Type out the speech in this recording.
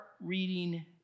reading